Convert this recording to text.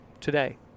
today